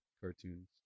cartoons